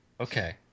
Okay